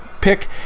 pick